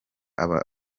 abo